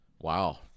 Wow